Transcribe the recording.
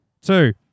two